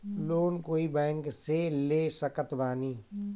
Loan कोई bank से ले सकत बानी?